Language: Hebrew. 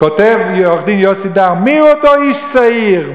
כותב עו"ד יוסי דר: "מיהו אותו איש צעיר?